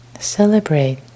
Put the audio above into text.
Celebrate